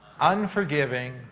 unforgiving